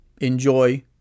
enjoy